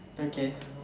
okay